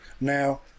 Now